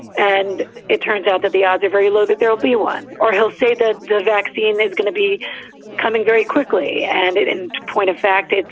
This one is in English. and it turns out that the odds are very low that there will be one or he'll say that the vaccine is going to be coming very quickly. and in point of fact, it's,